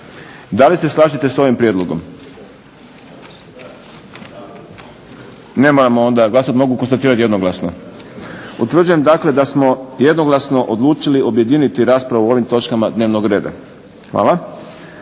Da li se slažete s ovim prijedlogom? Ne moramo onda glasovati, mogu konstatirati jednoglasno. Utvrđujem da smo jednoglasno odlučili objediniti raspravu o ovim točkama dnevnog reda. Hvala.